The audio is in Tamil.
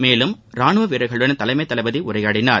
மேலும் ராணுவ வீரர்களுடன் தலைமை தளபதி உரையாடினார்